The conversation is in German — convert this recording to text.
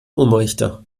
umrichter